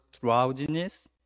drowsiness